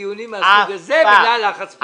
דיונים מהסוג הזה בגלל לחץ פוליטי?